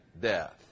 death